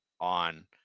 on